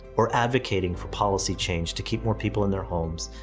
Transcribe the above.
or advocating for policy change to keep more people in their homes,